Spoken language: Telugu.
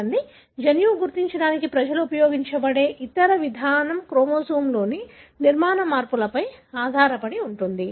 చూడండి జన్యువును గుర్తించడానికి ప్రజలు ఉపయోగించిన ఇతర విధానం క్రోమోజోమ్లోని నిర్మాణ మార్పులపై ఆధారపడి ఉంటుంది